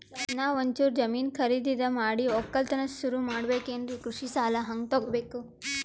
ನಾ ಒಂಚೂರು ಜಮೀನ ಖರೀದಿದ ಮಾಡಿ ಒಕ್ಕಲತನ ಸುರು ಮಾಡ ಬೇಕ್ರಿ, ಕೃಷಿ ಸಾಲ ಹಂಗ ತೊಗೊಬೇಕು?